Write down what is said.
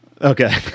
Okay